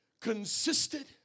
consisted